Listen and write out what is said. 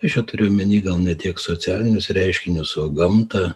aš čia turiu omeny gal ne tiek socialinius reiškinius o gamtą